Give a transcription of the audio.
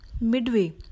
midway